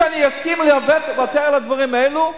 שאני אסכים לוותר על הדברים האלה?